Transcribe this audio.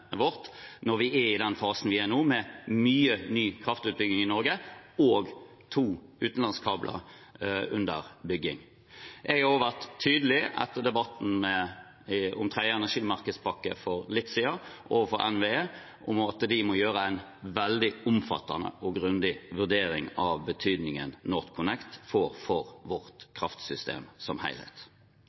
vårt når vi er i den fasen vi er i nå, med mye ny kraftutbygging i Norge og to utenlandskabler under bygging. Jeg har også etter debatten om tredje energimarkedspakke for litt siden vært tydelig overfor NVE på at de må gjøre en veldig omfattende og grundig vurdering av betydningen NorthConnect får for vårt kraftsystem som